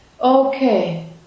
Okay